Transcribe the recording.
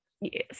Yes